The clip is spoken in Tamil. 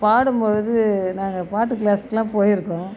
பாடும்பொழுது நாங்கள் பாட்டு கிளாஸுக்கெலாம் போயிருக்கோம்